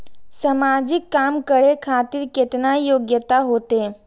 समाजिक काम करें खातिर केतना योग्यता होते?